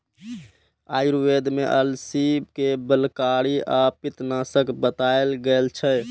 आयुर्वेद मे अलसी कें बलकारी आ पित्तनाशक बताएल गेल छै